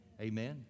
Amen